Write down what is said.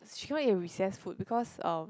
she cannot eat her recess food because um